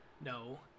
no